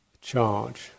charge